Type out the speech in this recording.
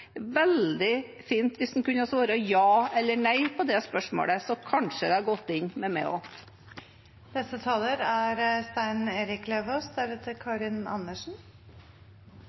veldig fint hvis en kunne svare ja eller nei på det spørsmålet, så kanskje det hadde gått inn hos meg også. Nå er